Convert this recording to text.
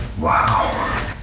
Wow